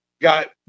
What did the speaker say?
got